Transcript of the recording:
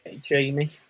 Jamie